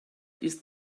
ist